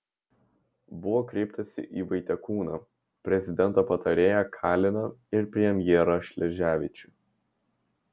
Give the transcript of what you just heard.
buvo kreiptasi į vaitekūną prezidento patarėją kaliną ir premjerą šleževičių